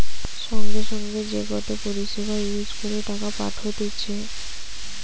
সঙ্গে সঙ্গে যে গটে পরিষেবা ইউজ করে টাকা পাঠতিছে